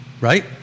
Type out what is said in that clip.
Right